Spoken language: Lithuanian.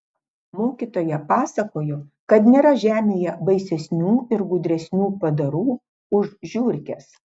mokytoja pasakojo kad nėra žemėje baisesnių ir gudresnių padarų už žiurkes